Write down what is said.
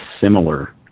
similar